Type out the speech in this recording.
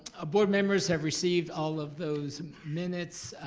ah board members have received all of those minutes.